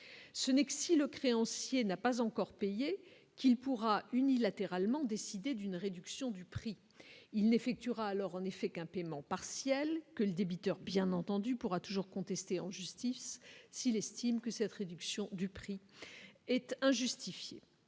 Ce n'est que si le créancier n'a pas encore payé qu'il pourra unilatéralement décider d'une réduction du prix il n'effectuera alors en effet qu'un paiement partiel que le débiteur, bien entendu, pourra toujours contester en justice s'il estime que cette réduction du prix et injustifiée